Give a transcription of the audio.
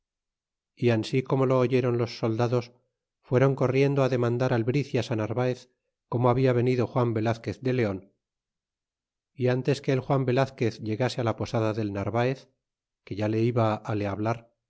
y ansi como lo oyéron los soldados fueron corriendo á demandar albricias á narvaez como habla venido juan velazquez de leon y ntes que el juan velazquez llegase a a posada del narvaez que ya le iba á le hablar